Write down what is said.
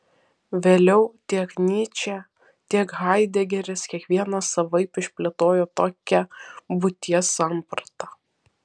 vėliau tiek nyčė tiek haidegeris kiekvienas savaip išplėtojo tokią būties sampratą